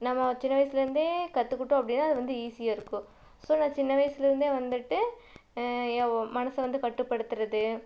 நம்ம சின்ன வயசுலந்தே கற்றுக்கிட்டோம் அப்படின்னா அது வந்து ஈஸியாக இருக்கும் ஸோ நான் சின்ன வயசுலந்தே வந்துவிட்டு ஏன் மனச வந்து கட்டுப்படுத்துறது